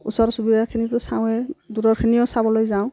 ওচৰ চুবুৰীয়াখিনিতো চাওঁৱে দূৰৰখিনিও চাবলৈ যাওঁ